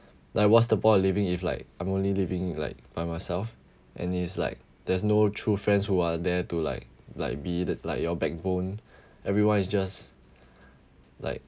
like what's the point of living if like I'm only living like by myself and it's like there's no true friends who are there to like like be that like your backbone everyone is just like